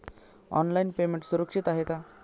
Online payment सुरक्षित आहे का?